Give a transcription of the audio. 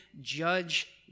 judge